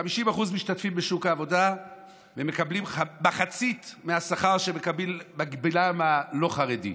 50% משתתפים בשוק העבודה ומקבלים מחצית מהשכר שמקבל מקבילם מ"הלא-חרדי".